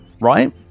right